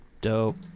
dope